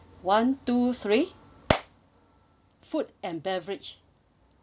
one two three food and beverage